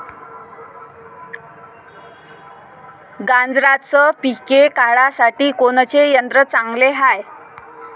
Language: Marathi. गांजराचं पिके काढासाठी कोनचे यंत्र चांगले हाय?